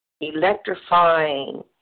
Electrifying